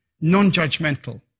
non-judgmental